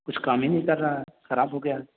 کچھ کام ہی نہیں کر رہا ہے خراب ہو گیا ہے